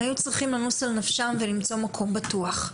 הם היו צריכים לנוס על נפשם ולמצוא מקום בטוח.